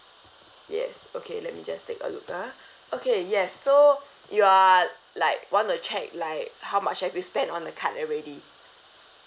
yes okay let me just take a look ah okay yes so you are like want to check like how much have you spent on the card already